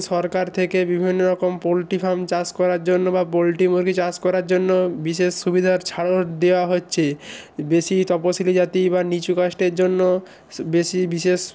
সরকার থেকে বিভিন্ন রকম পোল্ট্রি ফার্ম চাষ করার জন্য বা পোল্ট্রি মুরগী চাষ করার জন্য বিশেষ সুবিধা ছাড়ও দেওয়া হচ্ছে বেশি তপশিলি জাতি বা নিচু কাস্টের জন্য বেশি বিশেষ